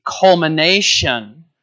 culmination